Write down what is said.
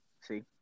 See